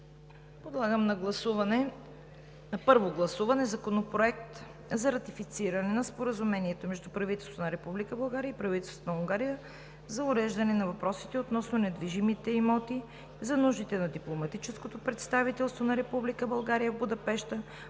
Подлагам на първо гласуване Законопроект за ратифициране на Споразумението между правителството на Република България и правителството на Унгария за уреждане на въпросите относно недвижимите имоти за нуждите на дипломатическото представителство на Република България в Будапеща,